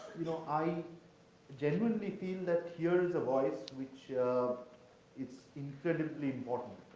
you know, i generally feel that here is a voice which it's incredibly important,